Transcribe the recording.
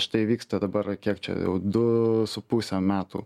štai vyksta dabar kiek čia jau du su puse metų